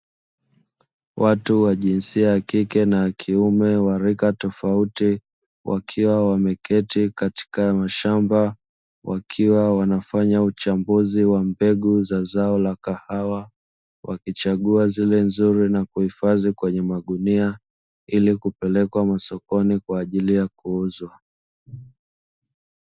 Watu wa jinsia ya kike na ya kiume wa rika tofauti wakiwa wameketi katika mashamba, wakiwa wanafanya uchambuzi wa mbegu za zao la kahawa, wakichagua zile nzuri na kuhifadhi kwenye magunia ili kupelekwa masokoni kwaajili ya kuuzwa.